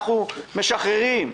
אנחנו משחררים,